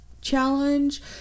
challenge